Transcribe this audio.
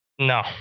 No